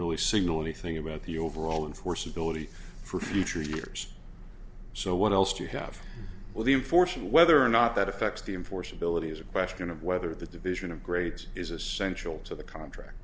really signal anything about the overall enforceability for future years so what else you have all the information whether or not that affects the enforceability is a question of whether the division of grades is essential to the contract